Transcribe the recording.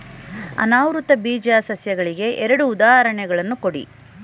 ಅನಾವೃತ ಬೀಜ ಸಸ್ಯಗಳಿಗೆ ಎರಡು ಉದಾಹರಣೆಗಳನ್ನು ಕೊಡಿ